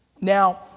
Now